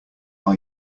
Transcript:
are